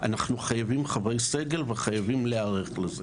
אנחנו חייבים גם חברי סגל וחייבים להיערך לזה.